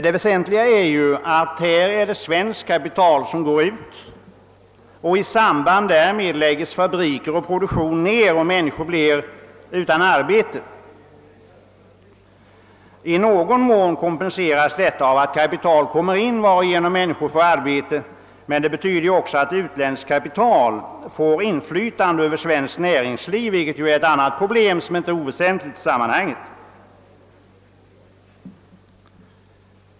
Det väsentliga är att svenskt kapital lämnar landet och att i samband därmed fabriker och produktion läggs ned och människor blir utan arbete. I någon mån kompenseras detta av att kapital kommer in till landet och att människor bereds arbete, men det betyder också att utländskt kapital får inflytande över svenskt näringsliv, vilket är ett icke oväsentligt problem i sammanhanget.